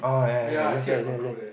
oh ya I see a control there